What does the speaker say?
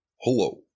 Hello